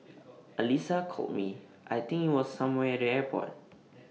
Alyssa called me I think IT was somewhere at the airport